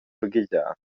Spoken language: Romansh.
baghegiar